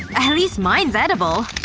at least mine's edible!